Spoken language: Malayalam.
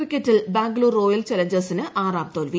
ക്രിക്കറ്റിൽ ബാഗ്ലൂർ റോയൽ ചലഞ്ചേഴ്സിന് ആറാം തോൽവി